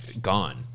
gone